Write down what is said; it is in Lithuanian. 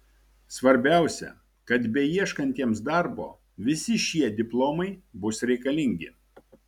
svarbiausia kad beieškantiems darbo visi šie diplomai bus reikalingi